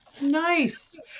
Nice